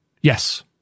Yes